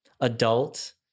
adult